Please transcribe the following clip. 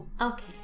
Okay